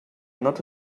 not